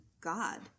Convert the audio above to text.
god